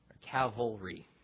cavalry